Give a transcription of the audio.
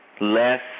less